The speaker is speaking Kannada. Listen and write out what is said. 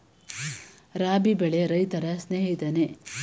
ರಾಬಿ ಬೆಳೆ ರೈತರ ಸ್ನೇಹಿತನೇ?